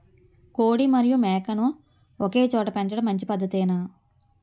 కోడి మరియు మేక ను ఒకేచోట పెంచడం మంచి పద్ధతేనా?